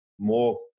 more